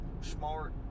smart